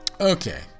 okay